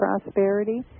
prosperity